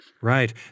Right